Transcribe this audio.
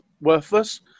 worthless